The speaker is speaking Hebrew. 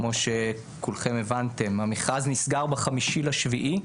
כמו שכולכם הבנתם, המכרז נסגר ב-5.7,